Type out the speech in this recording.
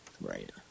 Right